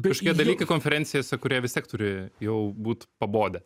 kažkokie dalykai konferencijose kurie vis tiek turi jau būt pabodę